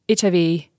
HIV